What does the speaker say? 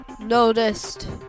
noticed